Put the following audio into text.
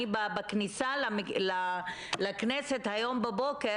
בכניסה לכנסת היום בבוקר,